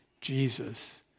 Jesus